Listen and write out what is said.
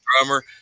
drummer